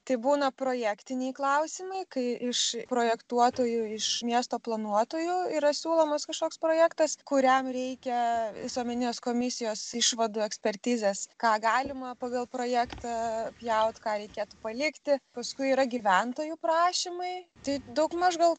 tai būna projektiniai klausimai kai iš projektuotojų iš miesto planuotojų yra siūlomas kažkoks projektas kuriam reikia visuomeninės komisijos išvadų ekspertizės ką galima pagal projektą pjaut ką reikėtų palikti paskui yra gyventojų prašymai tai daugmaž gal